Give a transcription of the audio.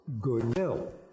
goodwill